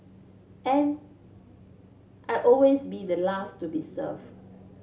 and I'd always be the last to be serve